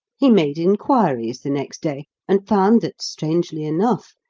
he made inquiries the next day, and found that, strangely enough,